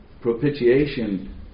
propitiation